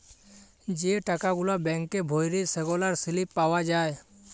যে টাকা গুলা ব্যাংকে ভ্যইরে সেগলার সিলিপ পাউয়া যায়